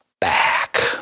back